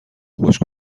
خشک